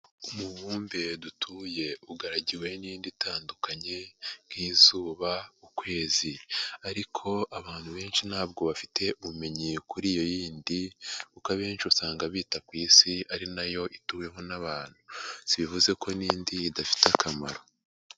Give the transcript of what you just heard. Umubumbe dutuye ugaragiwe n'indi itandukanye, nk'izuba ukwezi ariko abantu benshi ntabwo bafite ubumenyi kuri iyo yindi, kuko abenshi usanga bita ku isi ari nayo ituweho n'abantu, sibivuze ko n'indi idafite akamaro.